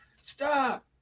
stop